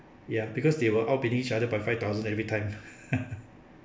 ya because they were outbidding each other by five thousand every time